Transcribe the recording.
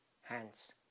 hands